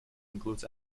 includes